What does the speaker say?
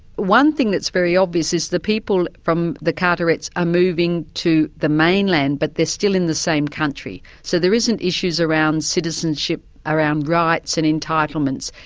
one thing that's very obvious is the people from the carterets are moving to the mainland, but they're still in the same country. so there isn't issues around citizenship, around rights and entitlements.